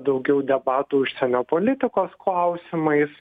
daugiau debatų užsienio politikos klausimais